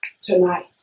Tonight